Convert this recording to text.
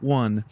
one